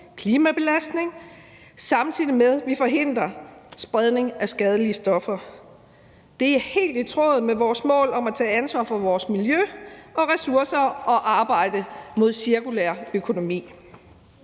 klimabelastning, samtidig med at vi forhindrer spredning af skadelige stoffer. Det er helt i tråd med vores mål om at tage ansvar for vores miljø og ressourcer og om at arbejde mod cirkulær økonomi.